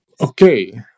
Okay